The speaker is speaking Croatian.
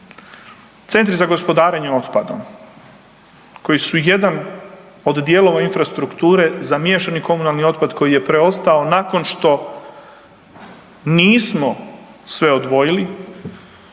Centri za gospodarenje otpadom koji su jedan od dijelova infrastrukture za miješani komunalni otpad koji je preostao nakon što nismo sve odvojili